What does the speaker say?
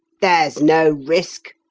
there's no risk,